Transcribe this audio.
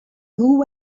who